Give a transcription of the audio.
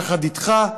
יחד איתך,